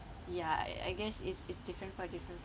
ya I I guess it's it's different for different